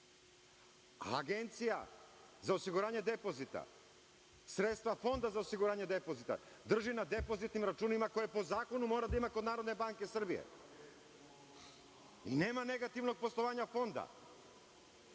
a Agencija za osiguranju depozita, sredstva Fonda za osiguranje depozita drži na depozitnim računima, koje po zakonu mora da ima kod Narodne banke Srbije. Nema negativnog poslovanja Fonda.